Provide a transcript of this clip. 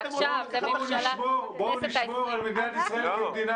בואו נשמור על מדינת ישראל כמדינה